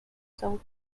some